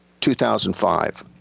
2005